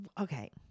okay